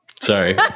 Sorry